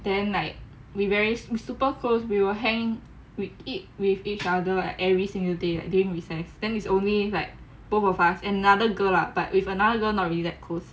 then like we very super close we were hanging with it with each other every single day during recess then it's only like both of us and another girl lah but with another girl not really that close